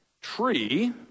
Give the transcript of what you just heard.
tree